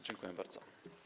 Dziękuję bardzo.